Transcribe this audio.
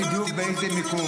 אנחנו צריכים בשביל זה נתונים?